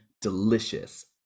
delicious